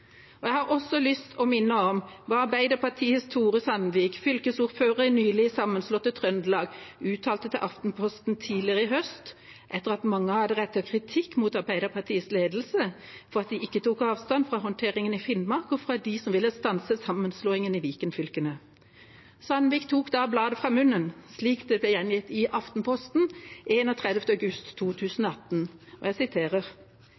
Jeg har også lyst til å minne om hva Arbeiderpartiets Tore O. Sandvik, fylkesordfører i nylig sammenslåtte Trøndelag, uttalte til Aftenposten tidligere i høst etter at mange hadde rettet kritikk mot Arbeiderpartiets ledelse for at de ikke tok avstand fra håndteringen i Finnmark og fra dem som ville stanse sammenslåingen i Viken-fylkene. Sandvik tok da bladet fra munnen, slik det ble gjengitt i Aftenposten den 31. august